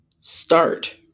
start